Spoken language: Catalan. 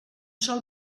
sol